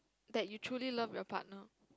that you truly love your partner